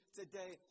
today